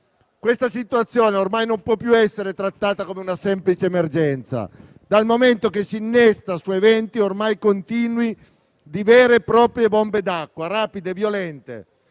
Questa situazione ormai non può più essere trattata come una semplice emergenza, dal momento che si innesta su eventi ormai continui di vere e proprie bombe d'acqua rapide e violente.